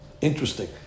Interesting